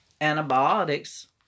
antibiotics